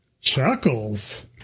Chuckles